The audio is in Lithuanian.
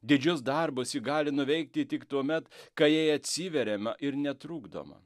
didžius darbus ji gali nuveikti tik tuomet kai jai atsiveriama ir netrukdoma